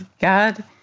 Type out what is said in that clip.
God